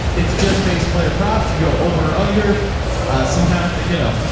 it's just bass player props. you go over under sometimes, you know,